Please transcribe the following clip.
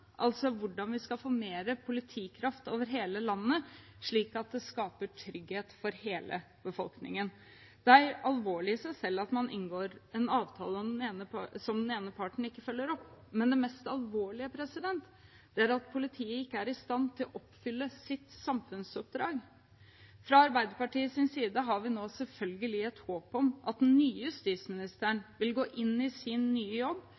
altså hvordan vi skal få mer politikraft over hele landet, slik at det skaper trygghet for hele befolkningen. Det er alvorlig i seg selv at man inngår en avtale som den ene parten ikke følger opp, men det mest alvorlige er at politiet ikke er i stand til å oppfylle sitt samfunnsoppdrag. Fra Arbeiderpartiets side har vi nå selvfølgelig et håp om at den nye justisministeren vil gå inn i sin nye jobb